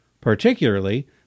Particularly